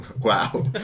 Wow